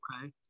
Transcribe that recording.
Okay